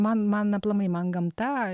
man man aplamai man gamta